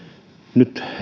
nyt